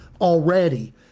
already